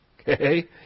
Okay